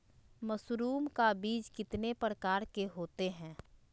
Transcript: Mushroom का बीज कितने प्रकार के होते है?